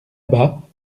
bas